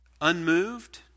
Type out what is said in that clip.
unmoved